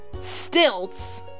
stilts